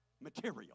material